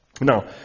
Now